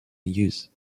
use